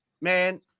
man